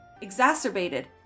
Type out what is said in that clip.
Exacerbated